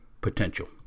potential